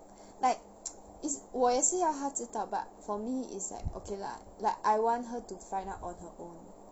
like is 我也是要她知道 but for me is like okay lah like I want her to find out on her own